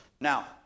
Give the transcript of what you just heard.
Now